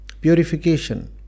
purification